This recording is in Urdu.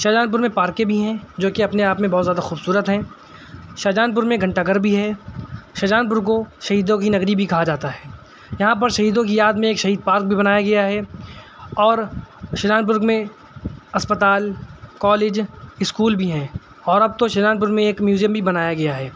شاہجہان پور میں پارکیں بھی ہیں جوکہ اپنے آپ میں بہت زیادہ خوبصورت ہیں شاہجہان پور میں گھنٹا گھر بھی ہے شاہجہان پور کو شہیدوں کی نگری بھی کہا جاتا ہے یہاں پر شہیدوں کی یاد میں ایک شہید پارک بھی بنایا گیا ہے اور شاہجہان پور میں اسپتال کالج اسکول بھی ہیں اور اب تو شاہجہان پور میں ایک میوزیم بھی بنایا گیا ہے